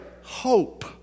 hope